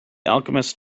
alchemist